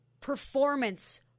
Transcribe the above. performance